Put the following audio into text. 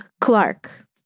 Clark